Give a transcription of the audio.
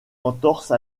entorse